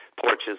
porches